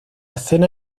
escena